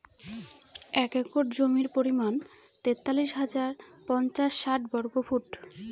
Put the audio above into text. এক একর জমির পরিমাণ তেতাল্লিশ হাজার পাঁচশ ষাট বর্গফুট